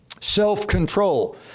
Self-control